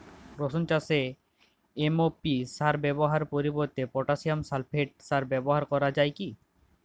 রসুন চাষে এম.ও.পি সার ব্যবহারের পরিবর্তে পটাসিয়াম সালফেট সার ব্যাবহার করা যায় কি?